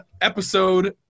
episode